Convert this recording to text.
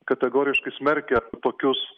kategoriškai smerkia tokius